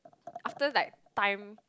after like time